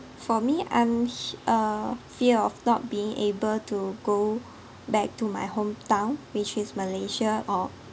for me I'm h~ uh fear of not being able to go back to my hometown which is malaysia or